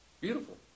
Beautiful